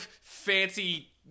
fancy